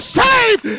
saved